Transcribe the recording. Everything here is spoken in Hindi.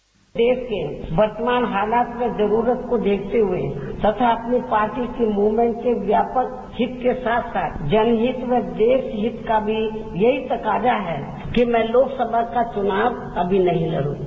बाइट देश के वर्तमान हालात में जरूरत को देखते हुए तथा अपनी मूवमेंट के व्यापक हित के साथ साथ जनहित में देश हित का भी यही तकाजा है मैं लोकसभा का चुनाव अभी नहीं लड़ूं